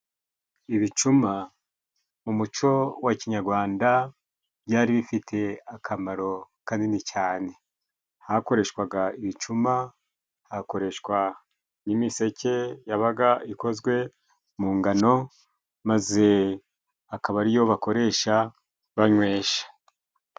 Ibicuma mu muco wa kinyarwanda byari bifite akamaro kanini cyane. Hakoreshwaga ibicuma, hagakoreshwa n'imiseke yabaga ikozwe mu ngano, maze akaba ariyo bakoresha banywesha.